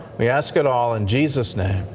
we ask it all in jesus' name,